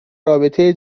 رابطه